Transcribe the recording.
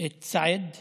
את סעד וריהאם,